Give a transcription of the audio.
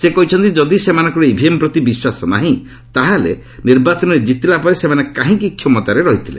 ସେ କହିଛନ୍ତି ଯଦି ସେମାନଙ୍କର ଇଭିଏମ୍ ପ୍ରତି ବିଶ୍ୱାସ ନାହିଁ ତାହେଲେ ନିର୍ବାଚନରେ କିତିଲା ପରେ ସେମାନେ କାହିଁକି କ୍ଷମତାରେ ରହିଥିଲା